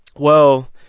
well,